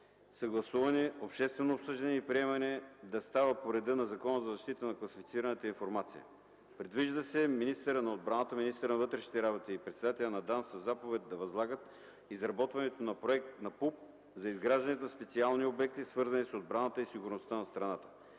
съгласуване, обществено обсъждане и приемане да стават по реда на Закона за защита на класифицираната информация. Предвижда министърът на отбраната, министърът на вътрешните работи и председателят на ДАНС със заповед да възлагат изработването на проект на ПУП за изграждането на специални обекти, свързани с отбраната и сигурността на страната.